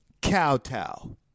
kowtow